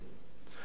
כמו תמיד,